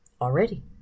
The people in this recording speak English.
already